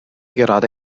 gerade